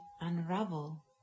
unravel